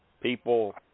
people